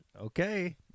Okay